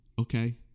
okay